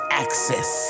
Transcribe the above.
access